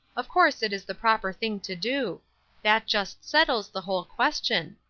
of course it is the proper thing to do that just settles the whole question.